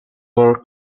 war